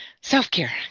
self-care